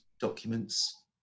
documents